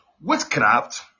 witchcraft